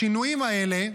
השינויים האלה,